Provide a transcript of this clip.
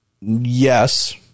yes